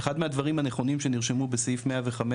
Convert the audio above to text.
אחד מהדברים הנכונים שנרשמו בסעיף 115